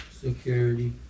Security